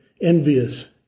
envious